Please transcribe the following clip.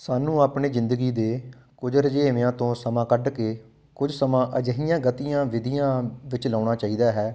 ਸਾਨੂੰ ਆਪਣੀ ਜ਼ਿੰਦਗੀ ਦੇ ਕੁਝ ਰੁਝੇਵਿਆਂ ਤੋਂ ਸਮਾਂ ਕੱਢ ਕੇ ਕੁਝ ਸਮਾਂ ਅਜਿਹੀਆਂ ਗਤੀਆਂ ਵਿਧੀਆਂ ਵਿੱਚ ਲਾਉਣਾ ਚਾਹੀਦਾ ਹੈ